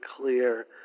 clear